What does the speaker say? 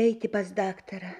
eiti pas daktarą